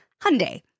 Hyundai